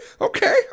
okay